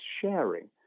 sharing